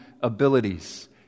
abilities